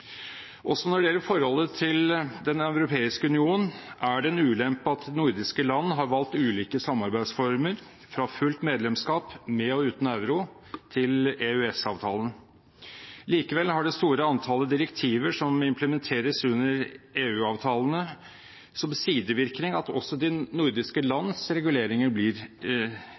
Også når det gjelder forholdet til Den europeiske union, er det en ulempe at de nordiske landene har valgt ulike samarbeidsformer – fra fullt medlemskap, med og uten euroen, til EØS-avtalen. Likevel har det store antallet direktiver som implementeres under EU-avtalene, som sidevirkning at også de nordiske landenes reguleringer blir